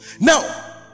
now